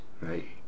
Right